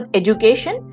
education